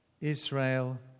Israel